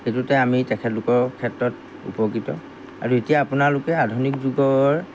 সেইটোতে আমি তেখেতলোকৰ ক্ষেত্ৰত উপকৃত আৰু এতিয়া আপোনালোকে আধুনিক যুগৰ